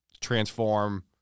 transform